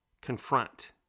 Confront